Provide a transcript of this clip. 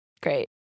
Great